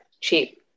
cheap